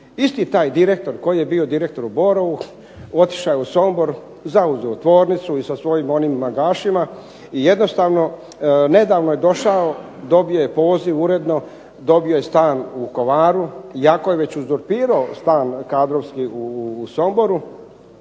Isti taj direktor koji je bio direktor u Borovu otišao je u Sombor, zauzeo tvornicu i sa svojim onim magašima i jednostavno nedavno je došao, dobio je poziv uredno, dobio je stan u Vukovaru iako je već uzurpirao stan kadrovski u Somboru,